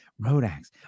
Rodax